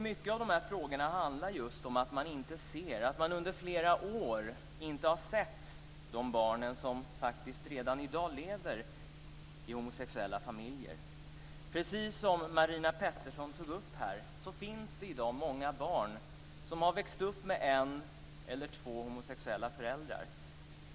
Mycket i de här frågorna handlar just om att man inte ser och att man under flera år inte har sett de barn som faktiskt redan i dag lever i homosexuella familjer. Precis som Marina Pettersson tog upp här finns det i dag många barn som har växt upp med en eller två homosexuella föräldrar.